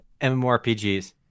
MMORPGs